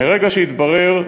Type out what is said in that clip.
מרגע שהתברר,